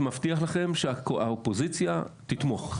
מבטיח לכם שהאופוזיציה תתמוך.